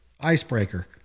icebreaker